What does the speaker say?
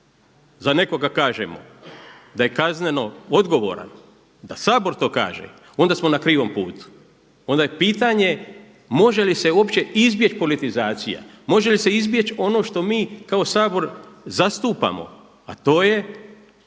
za nekoga kažemo da je kazneno odgovoran, da Sabor to kaže onda smo na krivom putu. Onda je pitanje može li se uopće izbjeći politizacija, može li se izbjeći ono što mi kao Sabor zastupamo, a to je